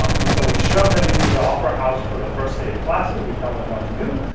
um and so we shoved them into the opera house for the first day of classes. we tell them what to do,